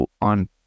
on